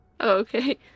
Okay